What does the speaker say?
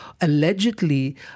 allegedly